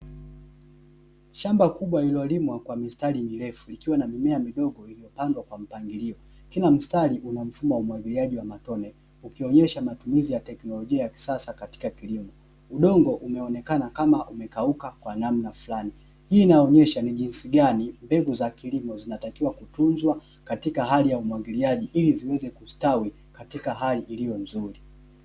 Shamba kubwa llilolimwa kwa mistari mirefu, ikiwa na mimea mdogo iliyopandwa kwa mpangilio. Kila mstari unamfumo wa umwagiliaji wa matone, ukionyesha matumizi ya teknolojia ya kiisasa katika kilimo. Udongo umeonekana kama umekauka kwa namna fulani, hii inaonyesha ni kwa jinsi gani, mbegu za kilimo zinatakiwa kutunzwa katika kilimo cha umwagiliaji, ili ziweze kustawi katika hali iliyo bora.